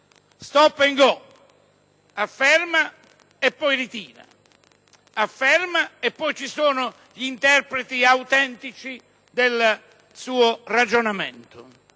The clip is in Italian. *Stop and go*, afferma e poi ritira, afferma e poi ci sono gli interpreti autentici del suo ragionamento.